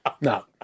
no